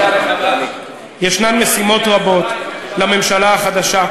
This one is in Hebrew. יש משימות רבות לממשלה החדשה.